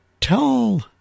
tell